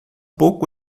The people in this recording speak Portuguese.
pouco